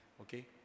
okay